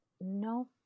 No